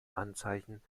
anzeichen